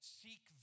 seek